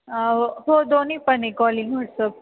हो हो दोन्ही पण आहे कॉलिंग व्हॉट्सअप